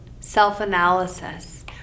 self-analysis